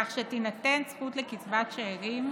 כך שתינתן זכות לקצבת שאירים